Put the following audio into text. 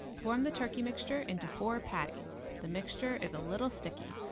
form the turkey mixture into four patties. the mixture is a little sticky,